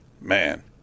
man